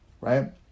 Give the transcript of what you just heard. right